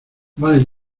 vale